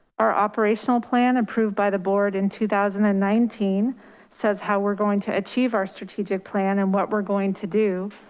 our operational plan approved by the board in two thousand and nineteen says how we're going to achieve our strategic plan and what we're going to do.